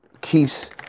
keeps